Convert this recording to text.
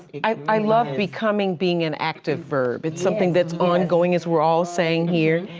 i love becoming being an active verb. it's something that's ongoing as we're all saying here.